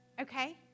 Okay